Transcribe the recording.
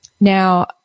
Now